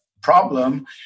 problem